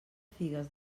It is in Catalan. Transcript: figues